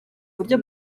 uburyo